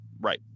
right